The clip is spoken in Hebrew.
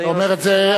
אתה אומר את זה,